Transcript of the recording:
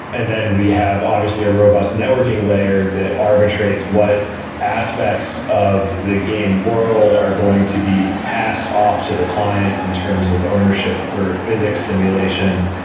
and then we have obviously a robust networking layer that arbitrates what aspects of the game world are going to be passed off to the client in terms of ownership for physics simulation.